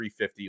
350